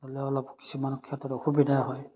ল'লে অলপ কিছুমান ক্ষেত্ৰত অসুবিধা হয়